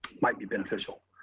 might be beneficial.